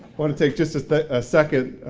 want to take just just a second,